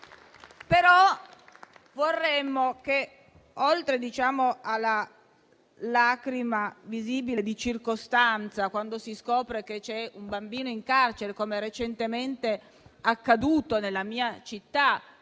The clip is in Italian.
Vorremmo che, oltre alla lacrima visibile, di circostanza, quando si scopre che c'è un bambino in carcere, come recentemente accaduto nella mia città,